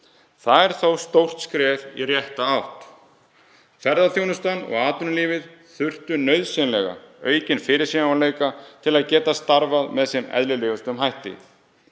Það er þó stórt skref í rétta átt. Ferðaþjónustan og atvinnulífið þurftu nauðsynlega aukinn fyrirsjáanleika til að geta starfað með sem eðlilegustum hætti.